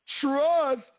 Trust